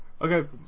Okay